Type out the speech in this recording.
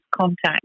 contact